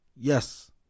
Yes